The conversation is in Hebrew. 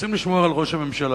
רוצים לשמור על ראש הממשלה,